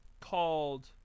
called